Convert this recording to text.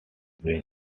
been